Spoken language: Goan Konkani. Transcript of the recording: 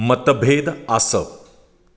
मतभेद आसप